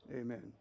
Amen